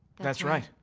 that's right.